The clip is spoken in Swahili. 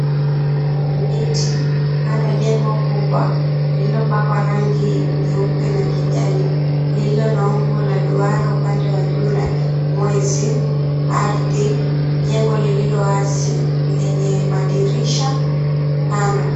Miti, kando jengo kubwa lililopakwa rangi nyeupe na kijani lililo na umbo la duara upande wa juu na mwezi, ardhi, jengo lililo wazi lenye madirisha kando.